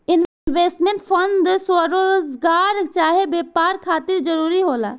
investment fund स्वरोजगार चाहे व्यापार खातिर जरूरी होला